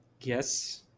Yes